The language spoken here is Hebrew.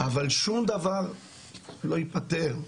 אבל שום דבר לא ייפתר.